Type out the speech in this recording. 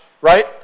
right